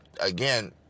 Again